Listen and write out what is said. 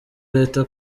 leta